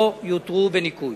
לא יותרו בניכוי.